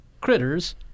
critters